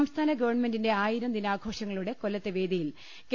സംസ്ഥാന ഗവൺമെന്റിന്റെ ആയിരം ദിനാഘോഷങ്ങളുടെ കൊല്ലത്തെ വേദിയിൽ കെ